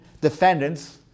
defendants